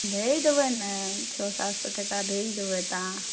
भेज देबनि ने छओ सात सए टका भेज देबनि तऽ